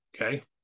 Okay